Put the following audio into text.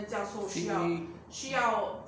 需